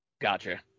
Gotcha